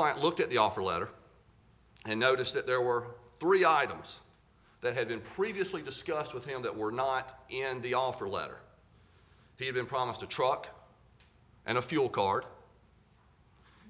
client looked at the offer letter and noticed that there were three items that had been previously discussed with him that were not in the offer letter he had been promised a truck and a fuel court